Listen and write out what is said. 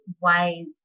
ways